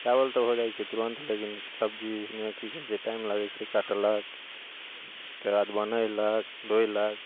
चावल तऽ भऽ जाइत छै तुरन्त लेकिन सब्जीमे की कहैत छै टाइम लगैत छै कटलक उसके बाद बनयलक धोयलक